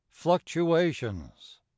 FLUCTUATIONS